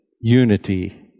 unity